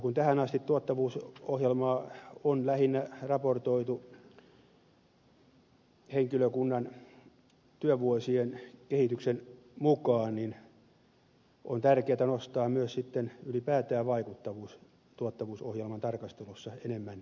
kun tähän asti tuottavuusohjelmaa on lähinnä raportoitu henkilökunnan työvuosien kehityksen mukaan niin on tärkeätä nostaa myös ylipäätään vaikuttavuus tuottavuusohjelman tarkastelussa enemmän esiin